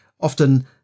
often